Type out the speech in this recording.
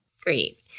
Great